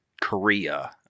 Korea